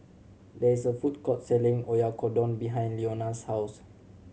there is a food court selling Oyakodon behind Leona's house